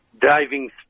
Driving